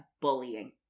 bullying